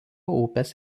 upės